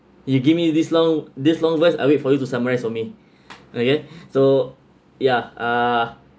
you give me this long this long verse I wait for you to summarize for me okay so ya uh